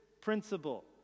principle